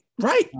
Right